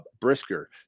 Brisker